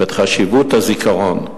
ואת חשיבות הזיכרון.